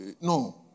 no